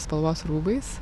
spalvos rūbais